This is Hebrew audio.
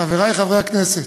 חברי חברי הכנסת,